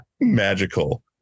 magical